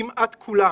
כמעט כולם